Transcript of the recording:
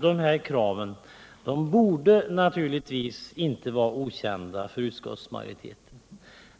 dessa krav borde naturligtvis inte vara okända för utskottsmajoriteten.